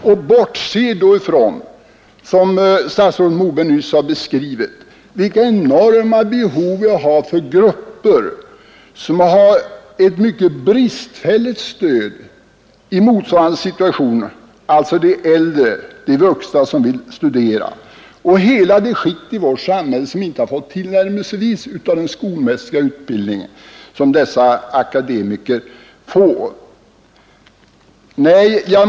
Man bortser då ifrån de enorma behov vi har — som statsrådet Moberg nyss beskrivit — för grupper som har ett mycket bristfälligt stöd i motsvarande situationer. Det gäller de vuxna som vill studera och hela det skikt i vårt samhälle som inte fått tillnärmelsevis den skolmässiga utbildning som dessa akademiker får.